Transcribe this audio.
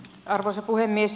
arvoisa puhemies